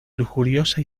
lujuriosa